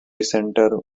center